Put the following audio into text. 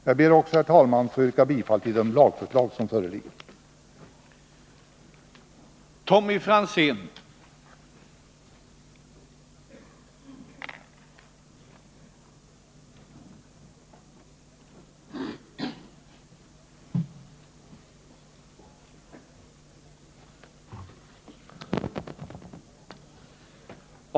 Jag ber också, herr talman, att få yrka bifall till de lagförslag som föreligger enligt reservation 4.